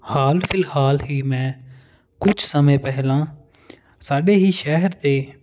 ਹਾਲ ਫਿਲਹਾਲ ਹੀ ਮੈਂ ਕੁਝ ਸਮੇਂ ਪਹਿਲਾਂ ਸਾਡੇ ਹੀ ਸ਼ਹਿਰ 'ਤੇ